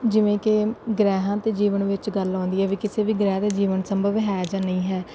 ਜਿਵੇਂ ਕਿ ਗ੍ਰਹਿਆਂ 'ਤੇ ਜੀਵਨ ਵਿੱਚ ਗੱਲ ਆਉਂਦੀ ਹੈ ਵੀ ਕਿਸੇ ਵੀ ਗ੍ਰਹਿ 'ਤੇ ਜੀਵਨ ਸੰਭਵ ਹੈ ਜਾਂ ਨਹੀਂ ਹੈ